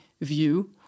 view